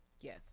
Yes